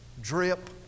drip